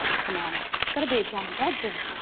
come on, it's got to be a jammie dodger.